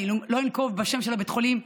ולא אנקוב בשם בית החולים,